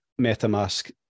Metamask